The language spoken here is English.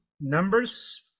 numbers